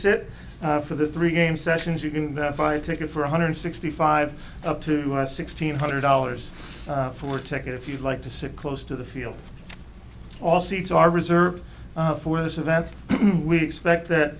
sit for the three game sessions you can buy a ticket for one hundred sixty five up to sixteen hundred dollars for ticket if you'd like to sit close to the field all seats are reserved for this event we expect that